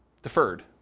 Deferred